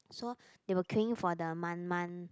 so they were queuing for the Man-Man